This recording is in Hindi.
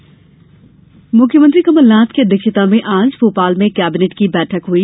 केबिनेट बैठक मुख्यमंत्री कमलनाथ की अध्यक्षता में आज भोपाल में केबिनेट की बैठक हुई